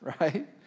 right